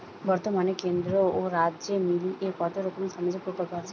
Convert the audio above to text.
বতর্মানে কেন্দ্র ও রাজ্য মিলিয়ে কতরকম সামাজিক প্রকল্প আছে?